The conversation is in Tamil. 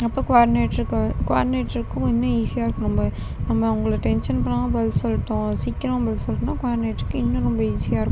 அப்போது குவாடினேட்டருக்கு குவாடினேட்டருக்கும் இன்னும் ஈசியாக இருக்கும் ரொம்ப நம்ம அவங்கள டென்ஷன் பண்ணாமல் பதில் சொல்லிட்டோம் சீக்கிரம் பதில் சொல்லிட்டோன்னால் குவாடினேட்டருக்கு இன்னும் ரொம்ப ஈசியாக இருக்கும்